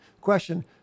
question